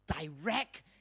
direct